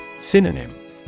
Synonym